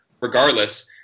regardless